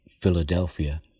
Philadelphia